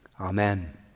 Amen